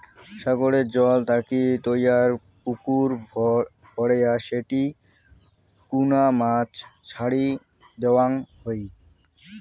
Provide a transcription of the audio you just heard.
সাগরের জল থাকি তৈয়ার পুকুর ভরেয়া সেটি কুনা মাছ ছাড়ি দ্যাওয়ৎ হই